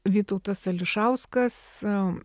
vytautas ališauskas